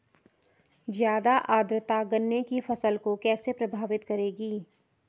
ज़्यादा आर्द्रता गन्ने की फसल को कैसे प्रभावित करेगी?